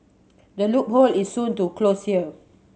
the loophole is soon to close here